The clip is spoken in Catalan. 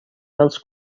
dels